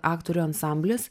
aktorių ansamblis